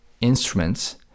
instruments